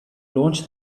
launch